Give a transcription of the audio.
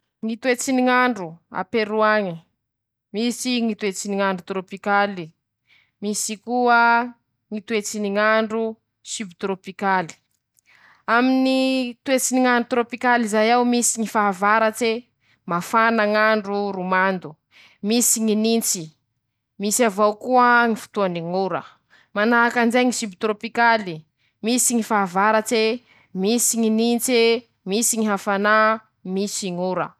Ñy toetsy ny ñ'andro a Pero añy: Misy Ñy toetsy ny g'nadro torôpikaly, misy koa Ñy toetsy ny ñ'andro sibitorôpikaly, aminy toetsy ny ñ'andro torôpikaly zay ao, misy ñy fahavatase mafana ñ'andro ro mando, misy ñy nintsy, misy avao koa ñy fotoany ñ'ora, manahakan'izay ñy sibitorôpikaly, misy ñy fahavaratse, misy ñy nintsee, misy ñy hafanà, misy ñ.